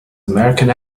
american